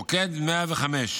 מוקד 105,